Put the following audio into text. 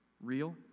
real